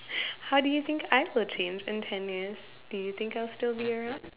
how do you think I will change in ten years do you think I'll still be around